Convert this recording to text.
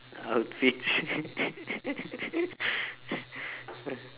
I would